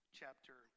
chapter